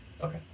Okay